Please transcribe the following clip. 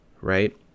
right